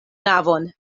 navon